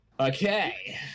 Okay